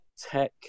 tech